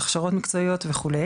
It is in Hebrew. הכשרות מקצועיות וכו'.